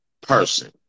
person